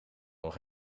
nog